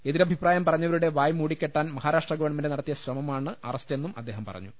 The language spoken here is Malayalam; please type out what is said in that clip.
എതിരഭിപ്രായം പറഞ്ഞവരുടെ വായ്മൂടിക്കെട്ടാൻ മഹാരാഷ്ട്ര ഗവൺമെന്റ് നടത്തിയ ശ്രമമാണ് അറസ്റ്റെന്നും അദ്ദേഹം പറഞ്ഞു